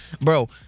Bro